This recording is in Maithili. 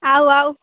आउ आउ